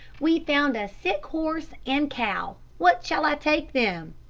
we've found a sick horse and cow. what shall i take them?